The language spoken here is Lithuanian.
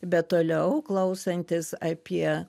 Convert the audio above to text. bet toliau klausantis apie